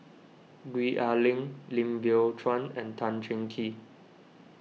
Gwee Ah Leng Lim Biow Chuan and Tan Cheng Kee